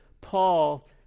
Paul